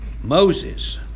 Moses